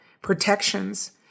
protections